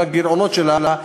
בגלל הגירעונות שלה,